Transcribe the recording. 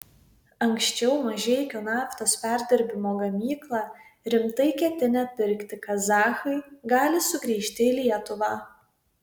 anksčiau mažeikių naftos perdirbimo gamyklą rimtai ketinę pirkti kazachai gali sugrįžti į lietuvą